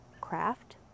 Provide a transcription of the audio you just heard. craft